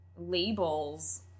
labels